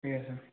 ଆଜ୍ଞା ସାର୍